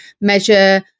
measure